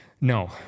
no